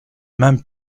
même